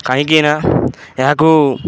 କାହିଁକିନା ଏହାକୁ